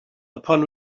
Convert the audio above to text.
upon